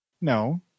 No